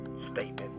statement